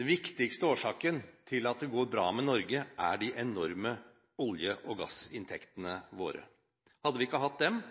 Den viktigste årsaken til at det går bra med Norge, er de enorme olje- og gassinntektene våre. Hadde vi ikke hatt dem,